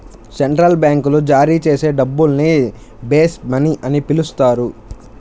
central బ్యాంకులు జారీ చేసే డబ్బుల్ని బేస్ మనీ అని పిలుస్తారు